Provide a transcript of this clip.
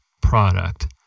product